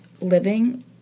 living